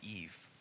Eve